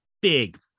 big